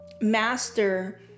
master